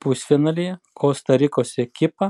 pusfinalyje kosta rikos ekipą